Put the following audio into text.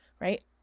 right